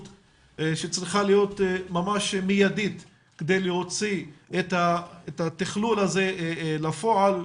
שצריכה להיות ממש מיידית כדי להוציא את התכלול הזה לפועל,